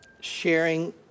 Sharing